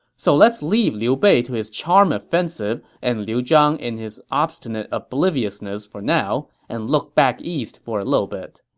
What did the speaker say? so let's leave liu bei to his charm offensive and liu zhang in his obstinate obliviousness for now and look back east for a bit.